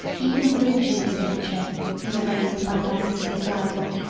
even the religion of stilicho was arraigned by the malice of his rival.